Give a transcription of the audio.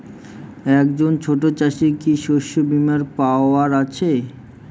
একজন ছোট চাষি কি শস্যবিমার পাওয়ার আছে?